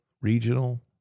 regional